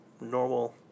normal